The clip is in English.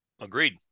Agreed